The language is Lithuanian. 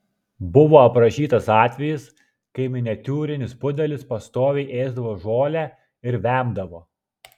buvo aprašytas atvejis kai miniatiūrinis pudelis pastoviai ėsdavo žolę ir vemdavo